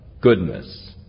goodness